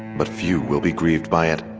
but few will be grieved by it